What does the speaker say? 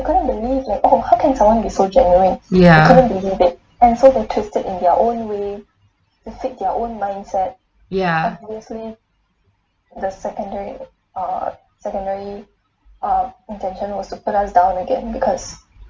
ya ya